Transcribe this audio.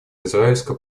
израильско